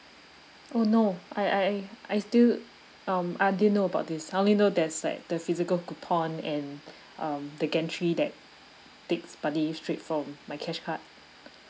uh no I I I I still um I didn't know about this I only know there's like the physical coupon and um the gantry that takes money straight from my cashcard